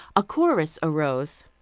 a chorus arose.